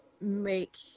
make